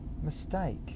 mistake